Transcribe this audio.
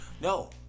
No